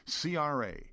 CRA